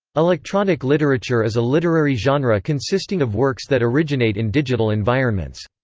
electronic literature is a literary genre consisting of works that originate in digital environments.